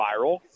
viral